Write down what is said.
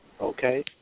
Okay